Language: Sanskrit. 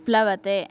प्लवते